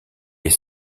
est